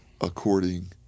according